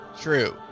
true